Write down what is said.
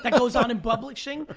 like goes on in publishing,